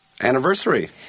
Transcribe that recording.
anniversary